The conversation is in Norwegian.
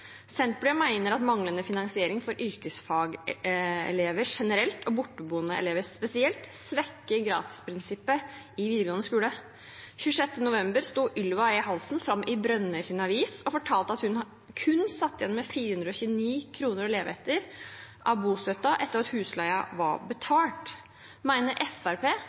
Senterpartiet mener at manglende finansiering for yrkesfagelever generelt og borteboende elever spesielt svekker gratisprinsippet i videregående skole. Den 26. november sto Ylva E. Halsen fram i Brønnøysunds Avis og fortalte at hun satt igjen med kun 429 kr av bostøtten å leve for etter at husleien var betalt.